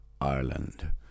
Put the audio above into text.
Ireland